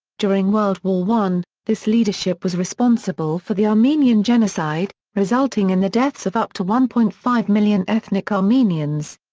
during world war i, this leadership was responsible for the armenian genocide, resulting in the deaths of up to one point five million ethnic armenians.